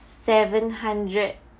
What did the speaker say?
seven hundred